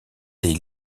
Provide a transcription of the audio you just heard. des